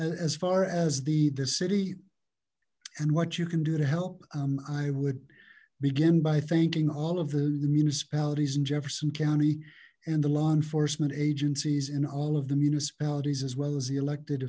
as far as the the city and what you can do to help i would begin by thanking all of the the municipalities in jefferson county and the law enforcement agencies in all of the municipalities as well as the elected